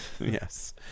Yes